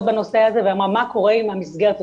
בנושא הזה ומה קורה עם המסגרת הזאת,